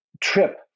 trip